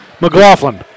McLaughlin